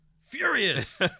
Furious